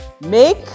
make